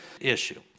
issue